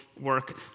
work